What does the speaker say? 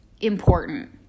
important